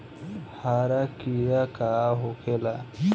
हरा कीड़ा का होखे ला?